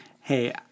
hey